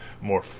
more